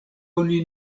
oni